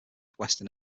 western